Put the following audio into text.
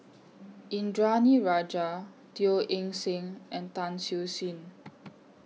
Indranee Rajah Teo Eng Seng and Tan Siew Sin